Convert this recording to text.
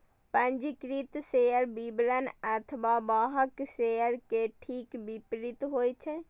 पंजीकृत share bearer अथवा वाहक शेयर के ठीक विपरीत होइ छै